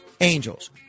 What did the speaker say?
Angels